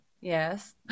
Yes